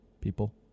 people